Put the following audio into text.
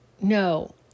No